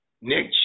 Nick